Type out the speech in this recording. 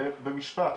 במשפט.